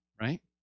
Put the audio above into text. right